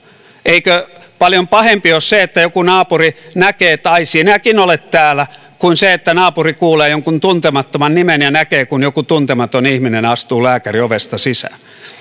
eikö paljon pahempi ole se että joku naapuri näkee että ai sinäkin olet täällä kuin se että naapuri kuulee jonkun tuntemattoman nimen ja näkee kun joku tuntematon ihminen astuu lääkärin ovesta